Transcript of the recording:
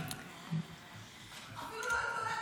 בבקשה.